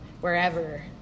wherever